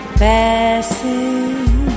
passing